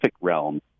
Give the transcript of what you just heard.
realm